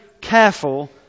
careful